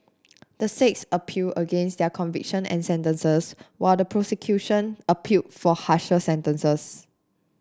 the six appealed against their convictions and sentences while the prosecution appealed for harsher sentences